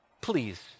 Please